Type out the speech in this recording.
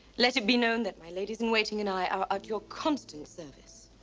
let it be known that my ladies in waiting and i are at your constant service.